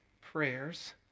prayers